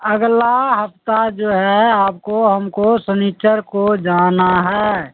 اگلا ہفتہ جو ہے آپ کو ہم کو سنیچر کو جانا ہے